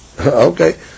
Okay